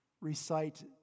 recite